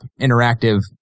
interactive